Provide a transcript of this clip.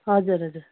हजुर हजुर